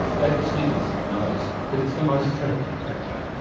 david stephenson knows that it's the most threatening predator.